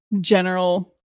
general